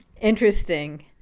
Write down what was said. interesting